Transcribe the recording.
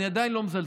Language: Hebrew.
אני עדיין לא מזלזל.